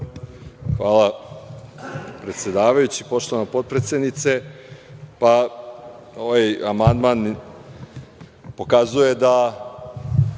Hvala, predsedavajući. Poštovana potpredsednice, ovaj amandman pokazuje da